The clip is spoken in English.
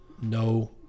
no